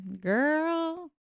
Girl